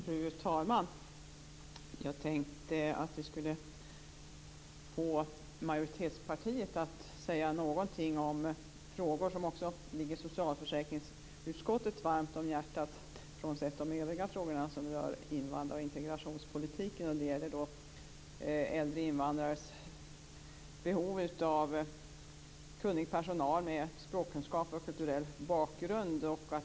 Fru talman! Jag tänkte att vi skulle få majoritetspartiet att säga något om frågor som också ligger socialförsäkringsutskottet varmt om hjärtat, frånsett de övriga frågorna som rör invandrar och integrationspolitiken. Det gäller då äldre invandrares behov av kunnig personal med språkkunskaper och kulturell bakgrund.